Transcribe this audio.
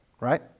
Right